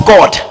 God